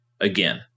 Again